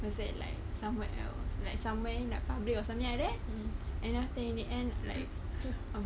I said like somewhere else like somewhere like public or something like that and after that in the end like